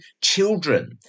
children